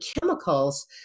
chemicals